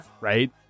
right